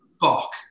fuck